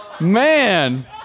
Man